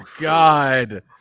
God